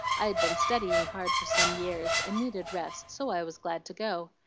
i'd been studying hard for some years, and needed rest, so i was glad to go.